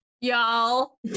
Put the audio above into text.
y'all